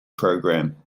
programme